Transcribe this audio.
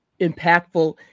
impactful